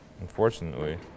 unfortunately